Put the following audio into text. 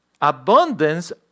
abundance